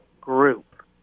group